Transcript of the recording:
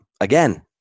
again